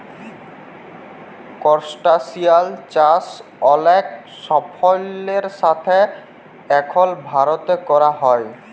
করসটাশিয়াল চাষ অলেক সাফল্যের সাথে এখল ভারতে ক্যরা হ্যয়